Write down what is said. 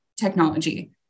technology